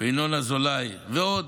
ינון אזולאי ועוד: